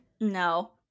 No